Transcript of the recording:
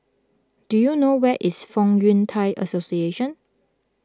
do you know where is Fong Yun Thai Association